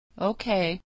Okay